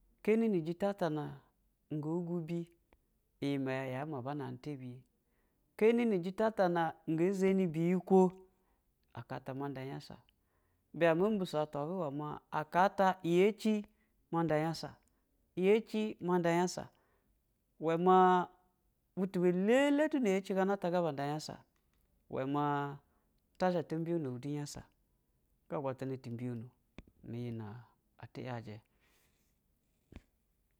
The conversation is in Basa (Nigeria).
Kɛni, nu jita ta na subu iyimɛyɛ yama ba nani ta biye, kani nujita ata na nga zhanibiyikwo, aka ata ma nda nyasa tan mo mbisa atwa vwɛ i wɛ ma aka ta yachi ma nda nyasa iyachi ma nda nyasa i wɛna butu bɛ lɛlɛ duyɛ chi gana ta ba nda nyasa, i wɛ ma ta zhe ta mbiyyono bu du nyasa ga agwatana ti mbiyono niyi na lɛ yajɛ.